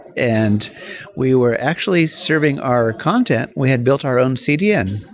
and we were actually serving our content. we hadn't built our own cdn.